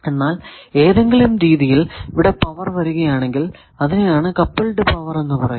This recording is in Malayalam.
എന്നാൽ ഏതെങ്കിലും രീതിയിൽ ഇവിടെ പവർ വരികയാണെങ്കിൽ അതിനെ ആണ് കപ്പിൾഡ് പവർ എന്ന് പറയുക